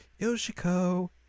Yoshiko